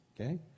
Okay